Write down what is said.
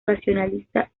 racionalista